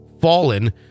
fallen